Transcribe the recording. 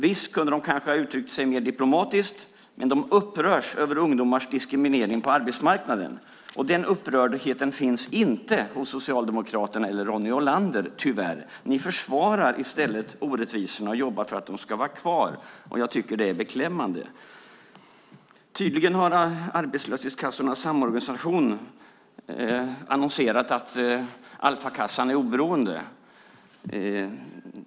Visst kunde de kanske ha uttryckt sig mer diplomatiskt, men de upprörs över ungdomars diskriminering på arbetsmarknaden. Den upprördheten finns tyvärr inte hos Socialdemokraterna eller Ronny Olander. Ni försvarar i stället orättvisorna och jobbar för att de ska vara kvar. Jag tycker att det är beklämmande. Tydligen har Arbetslöshetskassornas samorganisation annonserat att Alfa-kassan är oberoende.